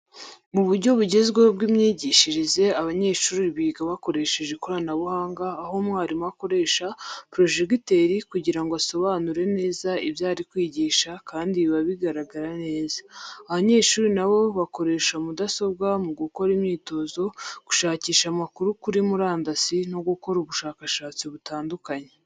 Mu buryo bugezweho bw'imyigishirize, abanyeshuri biga bakoresheje ikoranabuhanga aho umwarimu akoresha porojegiteri kugira ngo asobanure neza ibyo ari kwigisha, kandi biba bigaragara neza. Abanyeshuri na bo bakoresha mudasobwa mu gukora imyitozo, gushakisha amakuru kuri murandasi no gukora ubushakashatsi butandukanye.